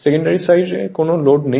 secondary সাইডে কোন load নেই